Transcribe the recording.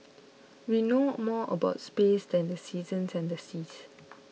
we know more about space than the seasons and the seas